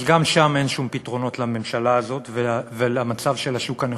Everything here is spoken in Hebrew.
אז גם שם אין שום פתרונות לממשלה הזאת ולמצב של השוק הנוכחי,